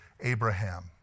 Abraham